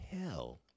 hell